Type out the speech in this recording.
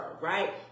Right